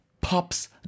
Pop's